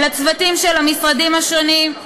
לצוותים של המשרדים השונים,